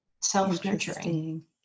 self-nurturing